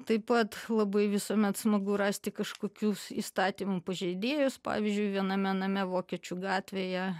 taip pat labai visuomet smagu rasti kažkokius įstatymų pažeidėjus pavyzdžiui viename name vokiečių gatvėje